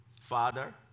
Father